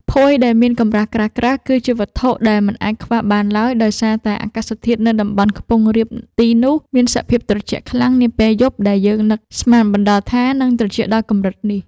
ភួយដែលមានកម្រាស់ក្រាស់ៗគឺជាវត្ថុដែលមិនអាចខ្វះបានឡើយដោយសារតែអាកាសធាតុនៅតំបន់ខ្ពង់រាបទីនោះមានសភាពត្រជាក់ខ្លាំងនាពេលយប់ដែលយើងនឹកស្មានមិនដល់ថានឹងត្រជាក់ដល់កម្រិតនេះ។